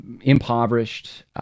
Impoverished